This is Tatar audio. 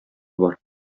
бар